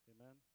Amen